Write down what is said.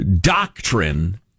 doctrine